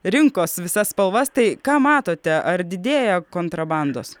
rinkos visas spalvas tai ką matote ar didėja kontrabandos